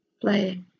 play